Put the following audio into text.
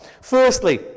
Firstly